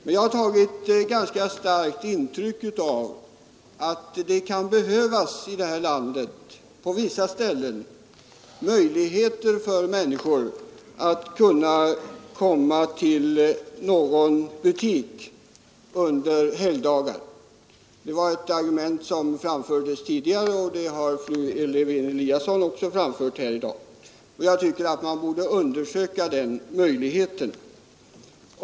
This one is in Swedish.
Men jag har tagit ganska starkt intryck av att det på vissa ställen i det här landet kan behövas en möjlighet för människor att handla i en butik även under helgdagar. Det argumentet har framförts tidigare, och fru Lewén-Eliasson har också framfört det i dag. Jag tycker man borde undersöka den möjligheten.